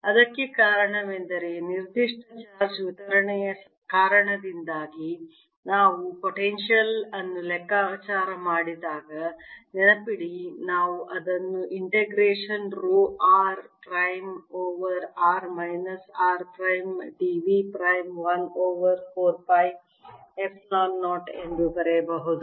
ಅದಕ್ಕೆ ಕಾರಣವೆಂದರೆ ನಿರ್ದಿಷ್ಟ ಚಾರ್ಜ್ ವಿತರಣೆಯ ಕಾರಣದಿಂದಾಗಿ ನಾವು ಪೊಟೆನ್ಶಿಯಲ್ ಅನ್ನು ಲೆಕ್ಕಾಚಾರ ಮಾಡಿದಾಗ ನೆನಪಿಡಿ ನಾವು ಇದನ್ನು integration rho r prime over r minus r prime d v prime 1 over 4 pi epsilon 0 ಎಂದು ಬರೆಯಬಹುದು